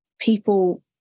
people